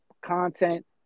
content